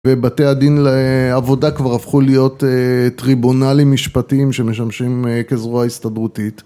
ובתי הדין לעבודה כבר הפכו להיות טריבונלים משפטיים שמשמשים כזרוע הסתדרותית